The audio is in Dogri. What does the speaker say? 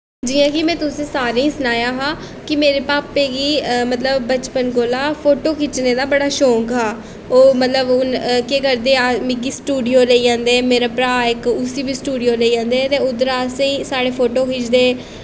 जियां कि में तुसें सारें गी सनाया हा कि मेरे पापे गी मतलब बचपन कोला फोटो खिच्चने दा बड़ा शौंक हा ओह् मतलब ओह् केह् करदे हे मिगी स्टूडियो लेई जंदे हे मेरे भ्राऽ इक उसी बी स्टूडियो लेई जंदे हे ते उद्धर असेंई साढ़े फोटो खिच्चदे हे